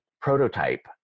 prototype